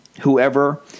whoever